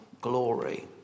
glory